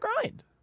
grind